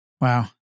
Wow